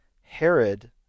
Herod